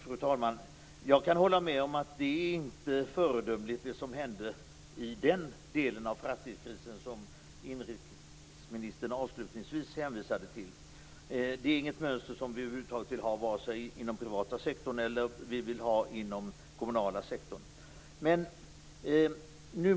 Fru talman! Jag kan hålla med om att det som hände i fastighetskrisen, som inrikesministern avslutningsvis hänvisade till, inte är föredömligt. Det är inget mönster som vi över huvud taget vill ha vare sig inom den privata sektorn eller den kommunala sektorn.